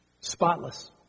spotless